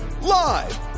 live